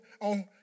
on